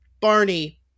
Barney